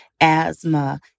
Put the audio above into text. asthma